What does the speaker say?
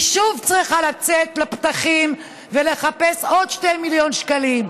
היא שוב צריכה לצאת לפתחים ולחפש עוד 2 מיליון שקלים.